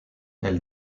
elle